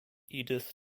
edith